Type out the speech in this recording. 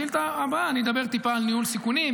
בשאילתה הבאה אני אדבר טיפה על ניהול סיכונים,